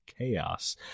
Chaos